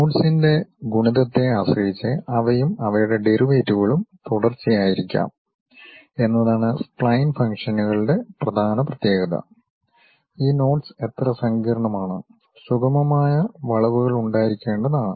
നോട്ട്സിന്റെ ഗുണിതത്തെ ആശ്രയിച്ച് അവയും അവയുടെ ഡെറിവേറ്റീവുകളും തുടർച്ചയായിരിക്കാം എന്നതാണ് സ്പ്ലൈൻ ഫംഗ്ഷനുകളുടെ പ്രധാന പ്രത്യേകത ഈ നോട്ട്സ് എത്ര സങ്കീർണമാണ് സുഗമമായ വളവുകളുണ്ടായിരിക്കണ്ടതാണ്